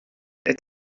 est